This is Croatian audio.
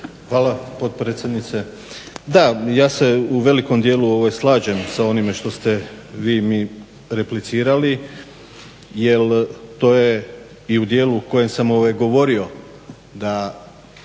Hvala potpredsjednice. Da, ja se u velikom dijelu slažem sa onime što ste vi mi replicirali jer to je i u dijelu o kojem sam govorio